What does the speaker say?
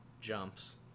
jumps